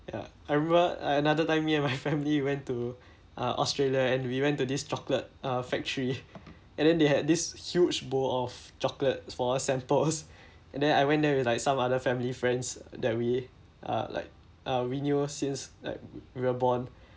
ya I remember uh another time me and my family went to uh australia and we went to this chocolate uh factory and then they had this huge bowl of chocolate for samples and then I went there with like some other family friends that we uh like uh we knew since like we were born